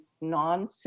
non